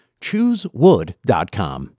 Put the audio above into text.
Choosewood.com